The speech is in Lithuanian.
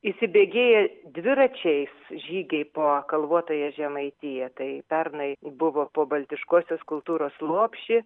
įsibėgėja dviračiais žygiai po kalvotąją žemaitiją tai pernai buvo po baltiškosios kultūros lopšį